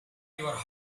your